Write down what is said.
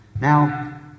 Now